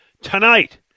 tonight